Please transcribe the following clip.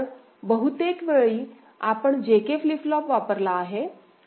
तर बहुतेक वेळी आपण JK फ्लिप फ्लॉप वापरला आहे